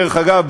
דרך אגב,